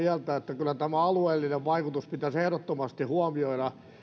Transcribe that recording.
mieltä että kyllä tämä alueellinen vaikutus pitäisi ehdottomasti huomioida